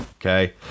Okay